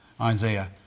Isaiah